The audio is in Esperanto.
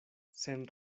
sen